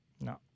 No